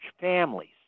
families